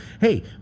Hey